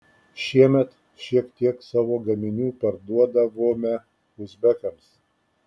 šiemet šiek tiek savo gaminių parduodavome uzbekams